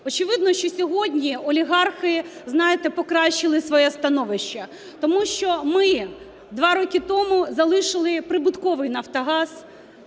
Очевидно, що сьогодні олігархи, знаєте, покращили своє становище, тому що ми два роки тому залишили прибутковий Нафтогаз,